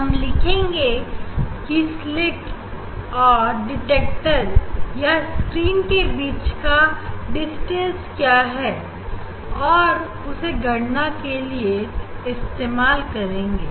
हम लिखेंगे की स्लीट और डिटेक्टर या स्क्रीन के बीच का डिस्टेंस क्या है और उसे गणना के लिए इस्तेमाल करेंगे